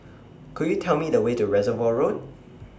Could YOU Tell Me The Way to Reservoir Road